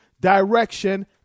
direction